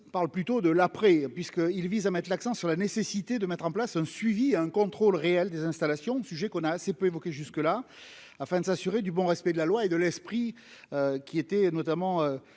parle plutôt de l'après, puisque il vise à mettre l'accent sur la nécessité de mettre en place un suivi et un contrôle réel des installations sujet qu'on a assez peu évoquée jusque-là afin de s'assurer du bon respect de la loi et de l'esprit qui était notamment